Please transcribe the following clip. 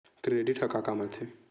Credit ह का काम आथे?